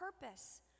purpose